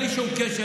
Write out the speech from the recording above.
בלי שום קשר,